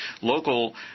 local